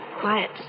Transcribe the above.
quiet